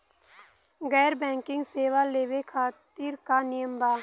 गैर बैंकिंग सेवा लेवे खातिर का नियम बा?